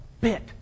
bit